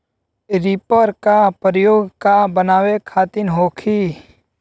Reaper का प्रयोग का बनावे खातिन होखि?